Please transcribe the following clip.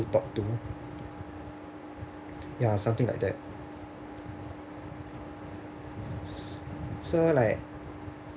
to talk to ya something like that so like